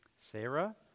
Sarah